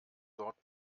dort